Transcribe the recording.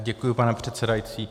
Děkuji, pane předsedající.